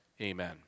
amen